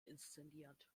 inszeniert